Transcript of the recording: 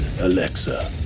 Alexa